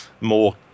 more